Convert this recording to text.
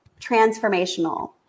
transformational